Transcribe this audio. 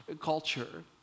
culture